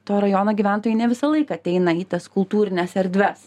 to rajono gyventojai ne visą laiką ateina į tas kultūrines erdves